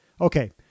Okay